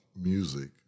Music